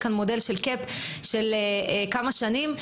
ש כאן מודל של קאפ של כמה שנים,